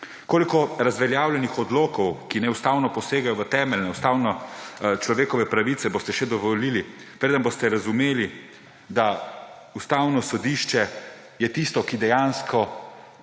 Koliko razveljavljenih odlokov, ki neustavno posegajo v temeljne ustavnečlovekove pravice, boste še dovolili, preden boste razumeli, da je Ustavno sodišče tisto, ki dejansko